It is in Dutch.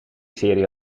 serie